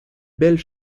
belles